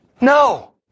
No